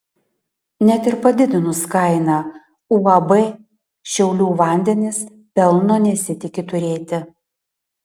net ir padidinus kainą uab šiaulių vandenys pelno nesitiki turėti